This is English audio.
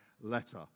letter